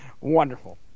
Wonderful